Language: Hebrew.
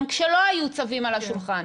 גם כשלא היו צווים על השולחן.